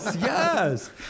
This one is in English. Yes